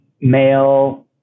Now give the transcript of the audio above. male